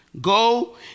Go